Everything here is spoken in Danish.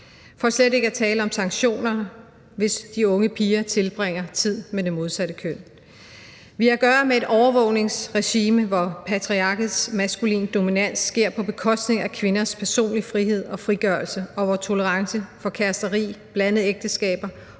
for slet ikke at tale om sanktioner, hvis de unge piger tilbringer tid med det modsatte køn. Vi har at gøre med et overvågningsregime, hvor patriarkens maskuline dominans sker på bekostning af kvinders personlige frihed og frigørelse, og hvor tolerance for kæresteri, blandede ægteskaber,